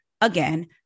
Again